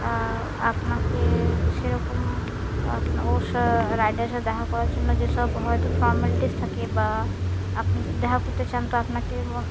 তা আপনাকে সেরকম আপনার ওর সা রাইডারের সাথে দেখা করার জন্য যেসব হয়তো ফরম্যালিটিস থাকে বা আপনি যদি দেখা করতে চান তো আপনাকে